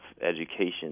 education